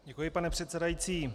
Děkuji, pane předsedající.